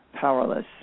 powerless